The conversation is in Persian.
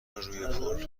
روی